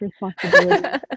responsibility